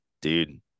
dude